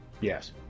Yes